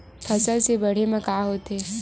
फसल से बाढ़े म का होथे?